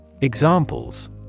Examples